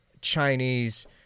Chinese